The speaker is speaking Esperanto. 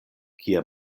kie